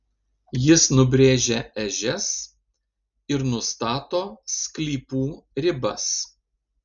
jis nubrėžia ežias ir nustato sklypų ribas